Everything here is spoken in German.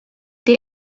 der